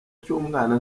cy’umwana